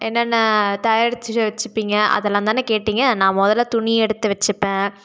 என்னென்ன தயாரிச்சு வச்சுப்பீங்க அதெல்லாந்தானே கேட்டிங்க நான் மொதலில் துணி எடுத்து வச்சுப்பேன்